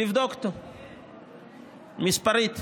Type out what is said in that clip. לבדוק מספרית.